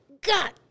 God